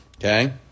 okay